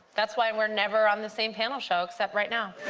that's why and we're never on the same panel show, except right now.